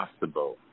possible